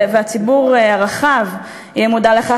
והציבור הרחב יהיה מודע לכך,